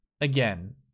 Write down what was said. again